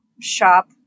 shop